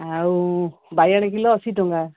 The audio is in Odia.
ଆଉ ବାଇଗଣ କିଲୋ ଅଶୀ ଟଙ୍କା